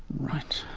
right,